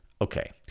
okay